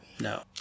No